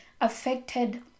affected